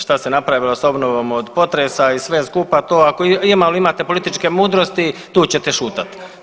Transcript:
Šta se napravilo sa obnovom od potresa i sve skupa ima, ako imate političke mudrosti tu ćete šutiti.